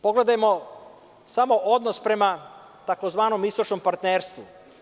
Pogledajmo samo odnos prema tzv. „istočnom partnerstvu“